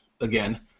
again